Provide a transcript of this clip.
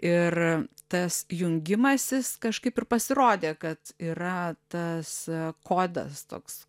ir tas jungimasis kažkaip ir pasirodė kad yra tas kodas toks